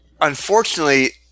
unfortunately